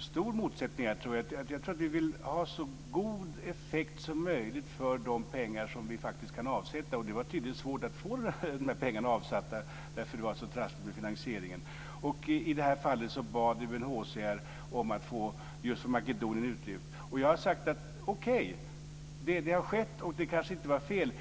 stor motsättning här. Jag tror att vi vill ha så god effekt som möjligt av de pengar som vi faktiskt kan avsätta - och det var tydligen svårt att få dessa pengar avsatta på grund av att det var så trassligt med finansieringen. I det här fallet bad UNHCR om att få folk utlyfta från just Makedonien. Jag har sagt: Okej, det har skett och det kanske inte var fel.